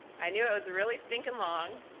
i knew it was really stinking long.